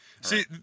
See